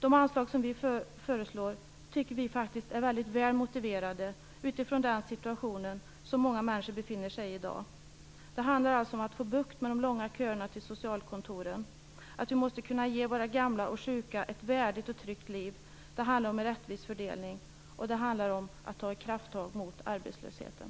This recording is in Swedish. De anslag vi föreslår tycker vi är väldigt väl motiverade utifrån den situation som många människor befinner sig i dag. Det handlar om att få bukt med de långa köerna till socialkontoren och att vi måste kunna ge våra gamla och sjuka ett värdigt och tryggt liv. Det handlar om en rättvis fördelning och det handlar om att ta krafttag mot arbetslösheten.